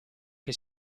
che